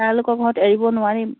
তেওঁলোকৰ ঘৰত এৰিব নোৱাৰিম